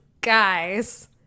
guys